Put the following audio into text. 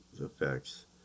effects